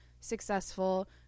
successful